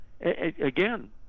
Again